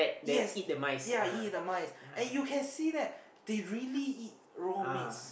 yes eat the mice and you can see that they really eat raw meats